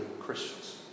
Christians